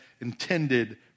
intended